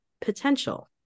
potential